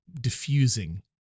diffusing